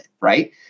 right